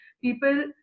people